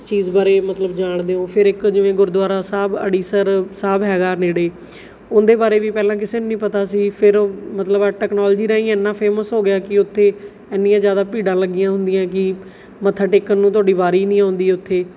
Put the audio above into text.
ਚੀਜ਼ ਬਾਰੇ ਮਤਲਬ ਜਾਣਦੇ ਹੋ ਫਿਰ ਇੱਕ ਜਿਵੇਂ ਗੁਰਦੁਆਰਾ ਸਾਹਿਬ ਅੜੀਸਰ ਸਾਹਿਬ ਹੈਗਾ ਨੇੜੇ ਉਹਦੇ ਬਾਰੇ ਵੀ ਪਹਿਲਾਂ ਕਿਸੇ ਨੂੰ ਨਹੀਂ ਪਤਾ ਸੀ ਫਿਰ ਉਹ ਮਤਲਬ ਆਹ ਟੈਕਨੋਲੋਜੀ ਰਾਹੀਂ ਇੰਨਾਂ ਫੇਮਸ ਹੋ ਗਿਆ ਕਿ ਉੱਥੇ ਇੰਨੀਆਂ ਜ਼ਿਆਦਾ ਭੀੜਾਂ ਲੱਗੀਆਂ ਹੁੰਦੀਆਂ ਕਿ ਮੱਥਾ ਟੇਕਣ ਨੂੰ ਤੁਹਾਡੀ ਵਾਰੀ ਨਹੀਂ ਆਉਂਦੀ ਉੱਥੇ